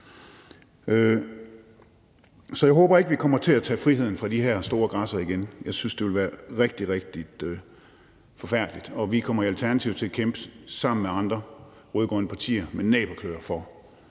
Så jeg håber ikke, at vi kommer til at tage friheden fra de her store græssere igen. Jeg synes, det ville være rigtig, rigtig forfærdeligt, og vi kommer i Alternativet til sammen med andre rød-grønne partier at kæmpe med